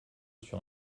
sur